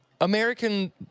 American